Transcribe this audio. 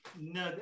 No